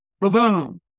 boom